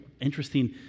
interesting